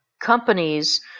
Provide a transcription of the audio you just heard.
companies